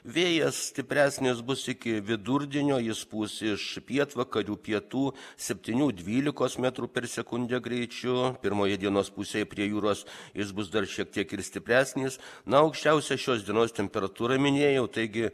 vėjas stipresnis bus iki vidurdienio jis pūs iš pietvakarių pietų septynių dvylikos metrų per sekundę greičiu pirmoje dienos pusėj prie jūros išbus dar šiek tiek ir stipresnis na o aukščiausia šios dienos temperatūra minėjau taigi